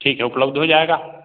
ठीक है उपलब्ध हो जाएगा